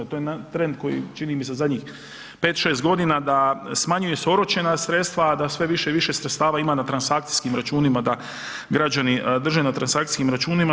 To je trend koji čini mi se zadnjih 5, 6 godina da smanjuju se oročena sredstva, a da sve više i više sredstava ima na transakcijskim računima, da građani drže na transakcijskim računima.